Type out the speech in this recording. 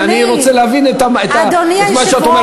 אני רוצה להבין את מה שאת אומרת,